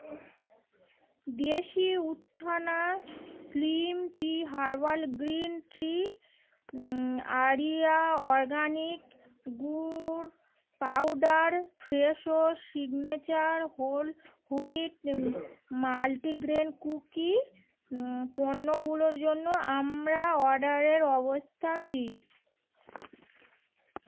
দেশি উত্থনা slim tea herbal green tea আরিয়া organic gur powder Fresho signature whole wheat multigrain cookie পণ্যগুলোর জন্য আমরা অর্ডারের অবস্থা কী